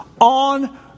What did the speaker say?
on